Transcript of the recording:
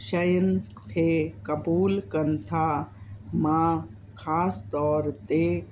शयुनि खे कबूल कनि था मां ख़ासि तौर ते